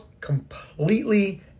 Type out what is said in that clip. completely